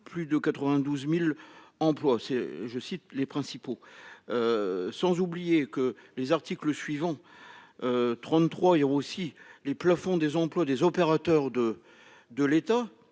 Plus de 92.000 emplois, c'est je cite les principaux. Sans oublier que les articles suivants. 33. Aussi les plafonds des employes des opérateurs de de l'État.